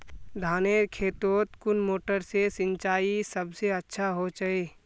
धानेर खेतोत कुन मोटर से सिंचाई सबसे अच्छा होचए?